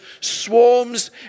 swarms